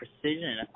precision